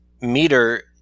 meter